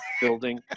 building